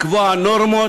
לקבוע נורמות,